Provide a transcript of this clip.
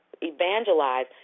evangelize